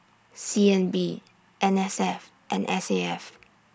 C N B N S F and S A F